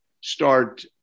start